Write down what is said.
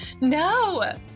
no